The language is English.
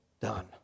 done